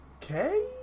Okay